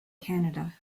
canada